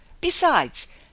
Besides